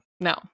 No